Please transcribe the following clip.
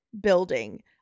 building